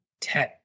ten